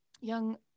young